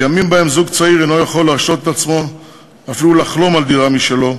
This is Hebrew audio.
בימים שבהם זוג צעיר אינו יכול להרשות לעצמו אפילו לחלום על דירה משלו,